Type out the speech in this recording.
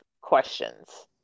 questions